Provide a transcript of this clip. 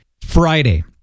friday